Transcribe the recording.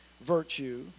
virtue